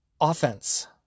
offense